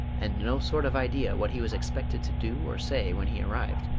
and no sort of idea what he was expected to do or say when he arrived.